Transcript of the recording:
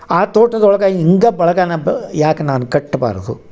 ಆ ತೋಟದೊಳಗೆ ಹಿಂಗ ಬಳಗನ ಬ ಯಾಕೆ ನಾನು ಕಟ್ಬಾರದು